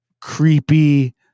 creepy